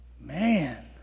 Man